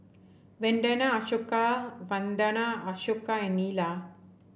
Vandana Ashoka Vandana Ashoka and Neila